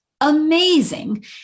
amazing